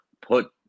put